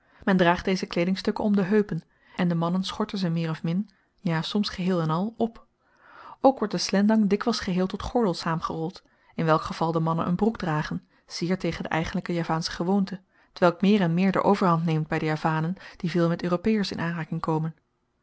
men draagt deze kleedingstukken om de heupen en de mannen schorten ze meer of min ja soms geheel-en-al op ook wordt de slendang dikwyls geheel tot gordel saamgerold in welk geval de mannen een broek dragen zeer tegen de eigenlyke javaansche gewoonte twelk meer en meer de overhand neemt by de javanen die veel met europeërs in aanraking komen